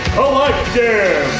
collective